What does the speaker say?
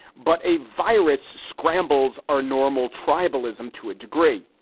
but a virus scrambles are normal tribalism to a degree,